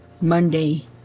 Monday